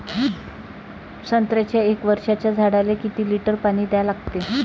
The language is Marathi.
संत्र्याच्या एक वर्षाच्या झाडाले किती लिटर पाणी द्या लागते?